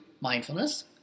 mindfulness